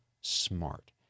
smart